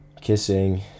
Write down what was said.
kissing